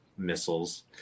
missiles